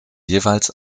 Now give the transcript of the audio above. jeweils